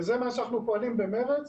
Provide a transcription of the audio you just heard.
ועל זה אנחנו פועלים במרץ,